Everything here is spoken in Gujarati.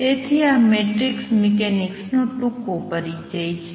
તેથી આ મેટ્રિક્સ મિકેનિક્સનો ટૂંકો પરિચય છે